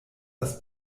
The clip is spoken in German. das